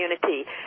community